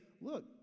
look